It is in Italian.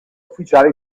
ufficiale